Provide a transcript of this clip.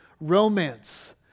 romance